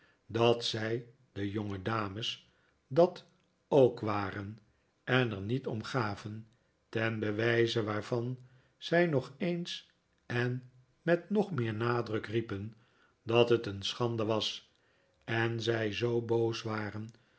dat zij de jongedames dat ook waren en er niet om gaven ten bewijze waarvan zij nog eens en met nog meer nadruk riepen dat het een schande was en zij zoo boos waren